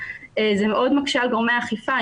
זה מאוד מקשה על גורמי האכיפה.